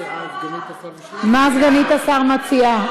מה סגנית השר מציעה?